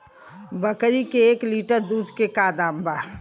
बकरी के एक लीटर दूध के का दाम बा?